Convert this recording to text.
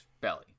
belly